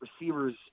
receivers